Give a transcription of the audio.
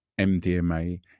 MDMA